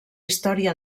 història